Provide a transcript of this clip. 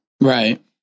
Right